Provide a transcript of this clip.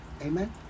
amen